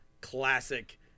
classic